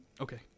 okay